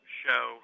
show